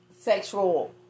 sexual